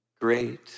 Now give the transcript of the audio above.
Great